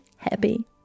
happy